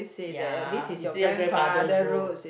ya is still your grandfather's road